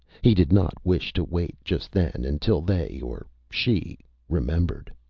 he did not wish to wait, just then, until they or she remembered.